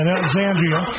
Alexandria